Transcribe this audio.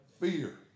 Fear